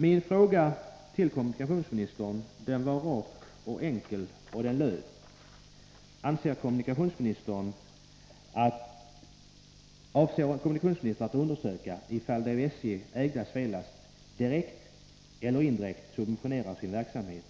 Min fråga till kommunikationsministern var rak och enkel, och den löd: Avser kommunikationsministern att undersöka ifall det av SJ ägda Svelast direkt eller indirekt subventionerar sin verksamhet